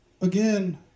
again